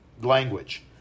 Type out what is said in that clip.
language